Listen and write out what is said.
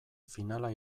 finala